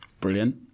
Brilliant